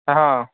ହଁ